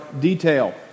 detail